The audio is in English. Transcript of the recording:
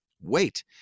wait